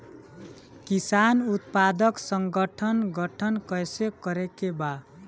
किसान उत्पादक संगठन गठन कैसे करके बा?